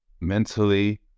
mentally